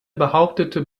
behauptete